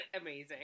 amazing